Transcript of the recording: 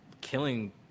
killing